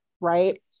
right